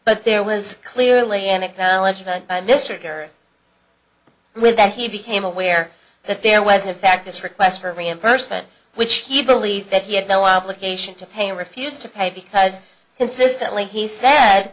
but there was clearly an acknowledgement by mister with that he became aware that there was a fact this request for reimbursement which he believed that he had no obligation to pay or refused to pay because consistently he said